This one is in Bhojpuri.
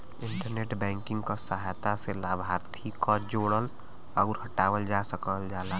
इंटरनेट बैंकिंग क सहायता से लाभार्थी क जोड़ल आउर हटावल जा सकल जाला